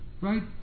right